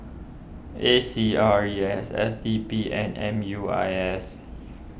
A C R E S S D P and M U I S